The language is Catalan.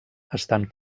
estan